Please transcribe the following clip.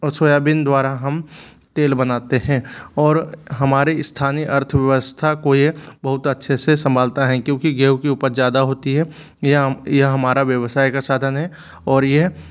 soybean द्वारा हम तेल बनाते हैं और हमारे स्थानीय अर्थव्यवस्था को ये बहुत अच्छे से संभालता हैं क्योंकि गेहूँ की उपज ज़्यादा होती है यह यह हमारा व्यवसाय का साधन है और यह